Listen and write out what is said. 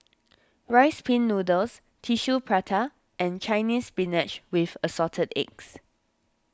Rice Pin Noodles Tissue Prata and Chinese Spinach with Assorted Eggs